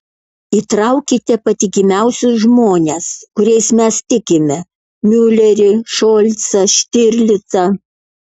įtraukite patikimiausius žmones kuriais mes tikime miulerį šolcą štirlicą